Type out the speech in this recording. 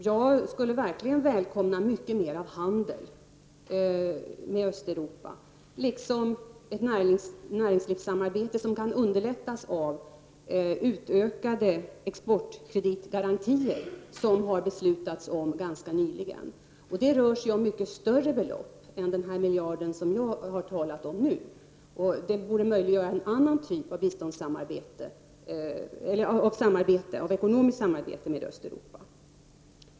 Jag skulle verkligen välkomna mycket mer handel med Östeuropa liksom ett näringslivssamarbete som kan underlättas av utökade exportkreditgarantier som det har fattats beslut om ganska nyligen. Det rör sig om mycket större belopp än den miljard som jag har talat om nu. Och det borde möjliggöra en annan typ av ekonomiskt samarbete med Östeuropa.